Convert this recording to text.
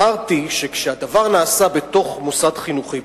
אמרתי שכשהדבר נעשה בתוך מוסד חינוכי,